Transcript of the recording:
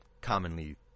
commonly